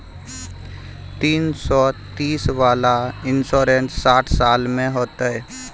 तीन सौ तीस वाला इन्सुरेंस साठ साल में होतै?